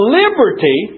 liberty